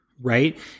right